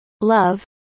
love